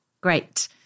great